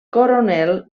coronel